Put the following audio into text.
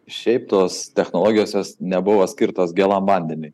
šiaip tos technologijos jos nebuvo skirtos gėlam vandeniui